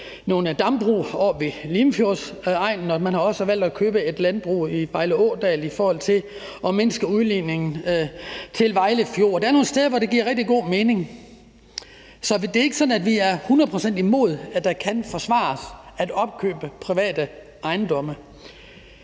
nogle dambrug oppe i Limfjordsegnen, og man har også valgt at købe et landbrug i Vejle Ådal for at mindske udledningen til Vejle Fjord. Der er nogle steder, hvor det giver rigtig god mening. Så det er ikke sådan, at vi er hundrede procent imod og siger, at det ikke kan forsvares at opkøbe privat ejendom.